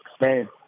Man